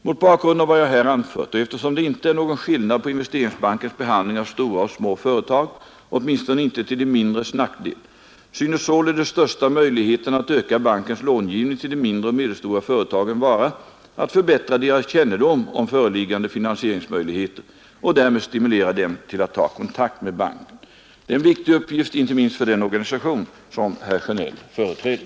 Mot bakgrund av vad jag här anfört och eftersom det inte är någon skillnad på Investeringsbankens behandling av stora och små företag — åtminstone inte till de mindres nackdel — synes således största möjligheten att öka bankens långivning till de mindre och medelstora företagen vara att förbättra deras kännedom om föreliggande finansieringsmöjligheter och därmed stimulera dem till att ta kontakt med banken. Det är en viktig uppgift inte minst för den organisation som herr Sjönell företräder.